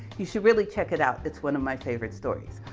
you should really check it out. it's one of my favorite stories.